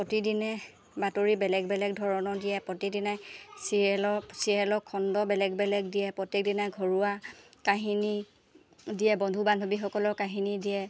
প্ৰতিদিনে বাতৰি বেলেগ বেলেগ ধৰণৰ দিয়ে প্ৰতিদিনাই চিৰিয়েলৰ চিৰিয়েলৰ খণ্ড বেলেগ বেলেগ দিয়ে প্ৰত্যেক দিনাই ঘৰুৱা কাহিনী দিয়ে বন্ধু বান্ধৱীসকলৰ কাহিনী দিয়ে